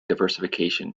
diversification